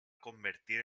convertir